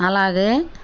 అలాగే